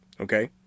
okay